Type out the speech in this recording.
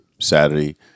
saturday